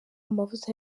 amavuta